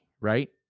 right